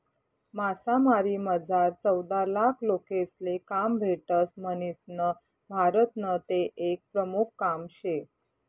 मासामारीमझार चौदालाख लोकेसले काम भेटस म्हणीसन भारतनं ते एक प्रमुख काम शे